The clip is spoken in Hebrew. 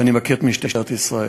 ואני מכיר את משטרת ישראל,